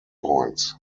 points